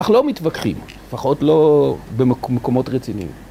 ‫אנחנו לא מתווכחים, ל‫פחות לא במקומות רציניים.